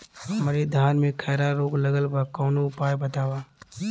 हमरे धान में खैरा रोग लगल बा कवनो उपाय बतावा?